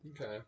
Okay